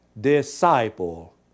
disciple